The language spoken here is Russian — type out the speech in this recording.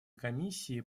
комиссии